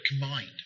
combined